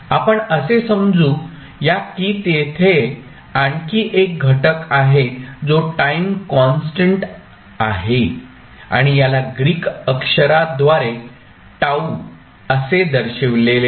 आपण असे समजू या की तिथे आणखी एक घटक आहे जो टाईम कॉन्स्टंट आहे आणि याला ग्रीक अक्षराद्वारे τ असे दर्शविलेले आहे